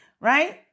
right